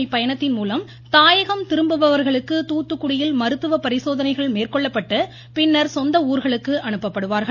இப்பயணத்தின் மூலம் தாயகம் திரும்புபவர்களுக்கு நாளை தொடங்கும் தூத்துக்குடியில் மருத்துவப் பரிசோதனைகள் மேற்கொள்ளப்பட்டு பின்னர் சொந்த ஊர்களுக்கு அனுப்பப்படுவார்கள்